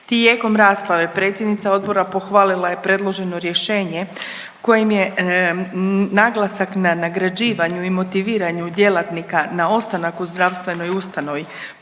Tijekom rasprave predsjednica odbora pohvalila je predloženo rješenje kojim je naglasak na nagrađivanju i motiviranju djelatnika na ostanak u zdravstvenoj ustanovi